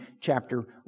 chapter